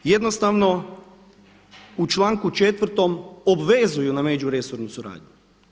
Jednostavno u članku 4. obvezuju na međuresornu suradnju.